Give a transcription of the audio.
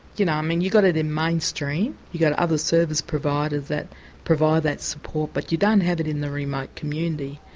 you know um and you've got it in mainstream, you've got other service providers that provide that support, but you don't have it in the remote community,